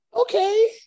Okay